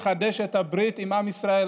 נחדש את הברית עם עם ישראל.